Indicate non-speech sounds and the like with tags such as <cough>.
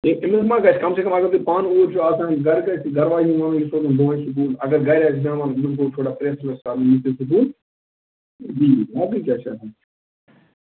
ہَے أمِس منٛز تہِ گژھِ کم سے کم اگر تُہۍ پانہٕ اوٗرۍ چھِو آسان گرِ کتہِ چھُ گرٕ واجٮ۪ن <unintelligible> اگر گرِ آسہِ بیٚہوان أمِس گوٚو تھوڑا پرٛٮ۪س وٮ۪س کَرُن یتُھ یہِ سکوٗل یِیہِ باقٕے کیٛاہ چھِ اتھ منٛز